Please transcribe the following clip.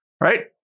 right